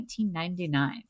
1999